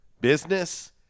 Business